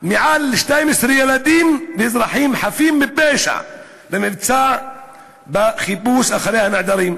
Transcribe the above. מעל ל-12 ילדים ואזרחים חפים מפשע במבצע החיפוש אחרי הנעדרים.